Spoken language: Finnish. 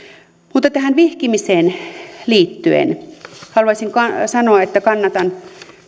mutta tähän vihkimiseen liittyen haluaisin sanoa että kannatan